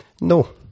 No